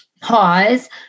pause